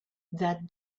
that